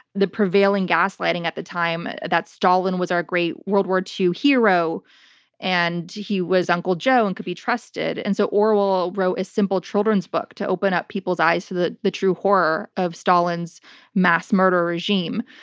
the prevailing gaslighting at the time that stalin was our great world war ii hero and he was uncle joe and could be trusted. and so, orwell wrote a simple children's book to open up people's eyes to the the true horror of stalin's mass murder regime.